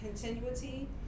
continuity